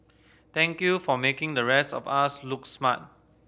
thank you for making the rest of us look smart